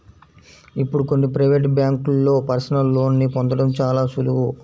ఇప్పుడు కొన్ని ప్రవేటు బ్యేంకుల్లో పర్సనల్ లోన్ని పొందడం చాలా సులువు